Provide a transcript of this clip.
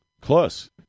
Close